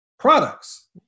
products